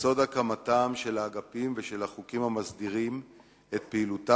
ביסוד הקמתם של האגפים ושל החוקים המסדירים את פעילותם